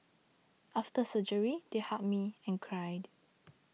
after surgery they hugged me and cried